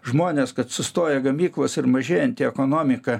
žmonės kad sustoja gamyklos ir mažėjanti ekonomika